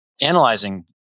analyzing